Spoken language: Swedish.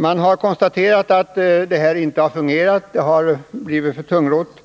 Man har konstaterat att det här systemet på olika sätt har blivit för tungrott,